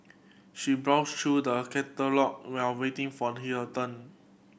she browsed through the catalogue while waiting for her turn